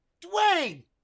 Dwayne